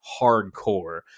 hardcore